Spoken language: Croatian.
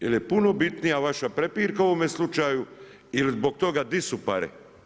Jer je puno bitnija vaša prepirka u ovome slučaju ili zbog toga di su pare.